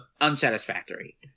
unsatisfactory